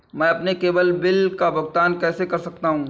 मैं अपने केवल बिल का भुगतान कैसे कर सकता हूँ?